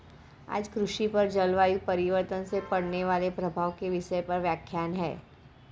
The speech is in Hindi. आज कृषि पर जलवायु परिवर्तन से पड़ने वाले प्रभाव के विषय पर व्याख्यान है